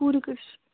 پوٗرٕ کٔش